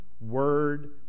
Word